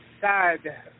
sad